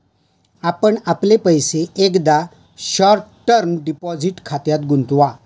आपण आपले पैसे एकदा शॉर्ट टर्म डिपॉझिट खात्यात गुंतवा